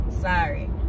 sorry